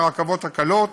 הרכבות הקלות